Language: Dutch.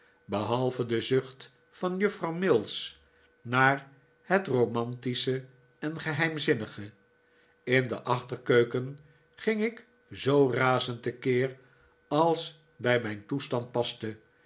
behalve de zucht van juffrouw mills naar het romantische en geheimzinnige in de achterkeuken ging ik zoo razend te keer als bij mijn toestand paste